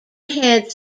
heads